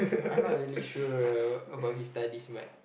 I not really sure about his studies but